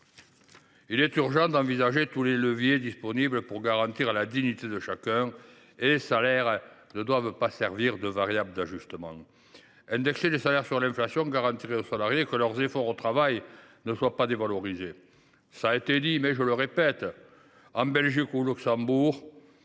il est urgent d’envisager tous les leviers disponibles pour garantir la dignité de chacun, sans que les salaires servent de variable d’ajustement. Indexer les salaires sur l’inflation garantirait aux salariés que leurs efforts au travail ne sont pas dévalorisés. Cela a déjà été indiqué, en Belgique ou au Luxembourg,